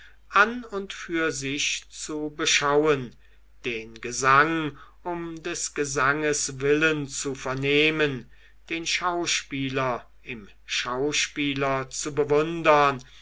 an und für sich zu beschauen den gesang um des gesangs willen zu vernehmen den schauspieler im schauspieler zu bewundern